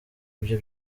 ibyo